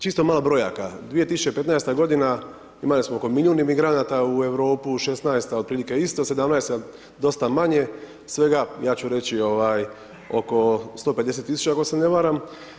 Čisto malo brojaka, 2015. godina imali smo oko milijun imigranata u Europu, '16.-ta otprilike isto, '17.-ta dosta manje, svega ja ću reći oko 150 tisuća, ako se ne varam.